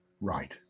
right